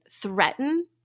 threaten